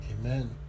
amen